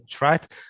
right